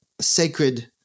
sacred